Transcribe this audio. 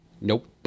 Nope